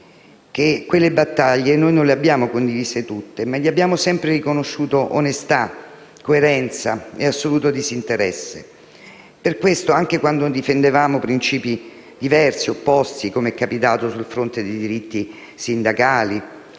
che quelle battaglie non le abbiamo condivise tutte, ma gli abbiamo sempre riconosciuto onestà, coerenza e assoluto disinteresse. Per questo anche quando difendevamo principi diversi e opposti - com'è capitato sul fronte dei diritti sindacali